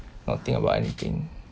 not think about anything